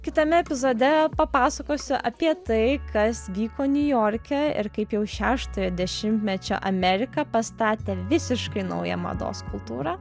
kitame epizode papasakosiu apie tai kas vyko niujorke ir kaip jau šeštojo dešimtmečio amerika pastatė visiškai naują mados kultūrą